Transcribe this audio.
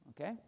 okay